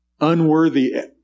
unworthy